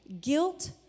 Guilt